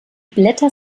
blätter